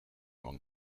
among